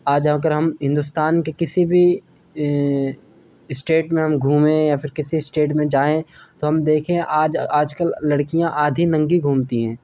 آج اگر ہم ہندوستان کے کسی بھی اسٹیٹ میں ہم گھومیں یا پھر کسی اسٹیٹ میں جائیں تو ہم دیکھیں آج آج کل لڑکیاں آدھی ننگی گھومتی ہیں